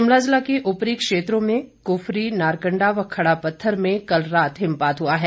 शिमला जिला के उपरी क्षेत्रों में कुफरी नारकंडा व खड़ा पत्थर में कल रात हिमपात हुआ है